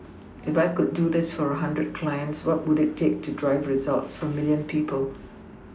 if I could do this for a hundred clients what would it take to drive results for a milLion people